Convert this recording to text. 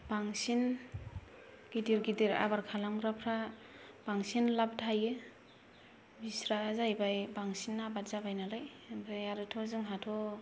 बांसिन गिदिर गिदिर आबाद खालामग्राफ्रा बांसिन लाब थायो बिस्रा जाहैबाय बांसिन आबाद जाबाय नालाय ओमफ्राय आरोथ' जोंहाथ'